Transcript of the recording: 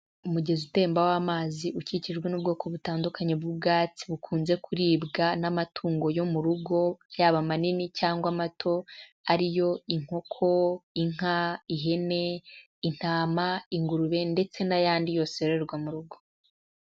Umugezi utemba w’amazi, ukikijwe n’ubwoko butandukanye bw’ubwatsi bukunze kuribwa n’amatungo yo mu rugo, yaba manini cyangwa amato, ari yo inkoko, inka, ihene, intama, ingurube, ndetse n’ayandi yose arererwa mu rugo.